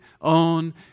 on